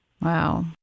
Wow